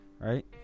Right